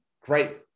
great